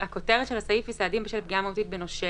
הכותרת של הסעיף היא "סעדים בשל פגיעה מהותית בנושה",